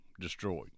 destroyed